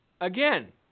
Again